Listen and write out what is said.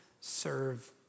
serve